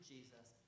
Jesus